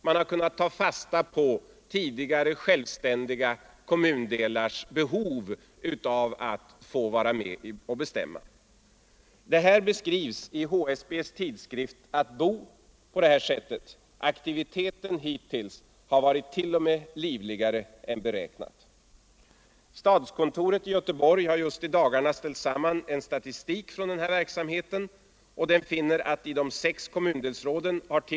Man har kunnat ta fasta på tidigare självständiga kommundelars behov av att få vara med och bestämma. Detta beskrivs så här i HSB:s tidskrift Att bo: ”Aktiviteten hittills har varit t.o.m. livligare än beräknat.” Stadskontoret i Göteborg har just i dagarna ställt samman en intressant statistik från verksamheten hittills. Denna visar att i de sex kommundelsråden har t.